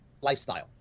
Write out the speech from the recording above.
lifestyle